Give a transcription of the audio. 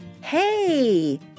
Hey